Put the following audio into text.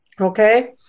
Okay